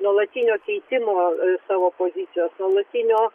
nuolatinio keitimo savo pozicijos nuolatinio